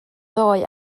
ddoe